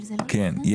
כן,